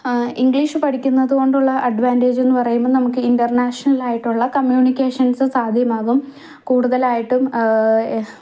English പഠിക്കുന്നതുകൊണ്ടുള്ള അഡ്വാൻറ്റേജ്ന്ന് പറയുമ്പം നമുക്ക് ഇന്റര്നാഷണലായിട്ടുള്ള കമ്മ്യൂണിക്കേഷൻസ് സാധ്യമാകും കൂടുതലായിട്ടും